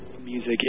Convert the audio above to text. music